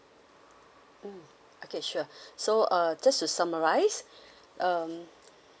mm okay sure so uh just to summarise um